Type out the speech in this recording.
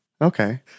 okay